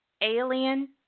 Alien